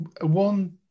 one